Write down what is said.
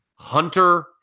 Hunter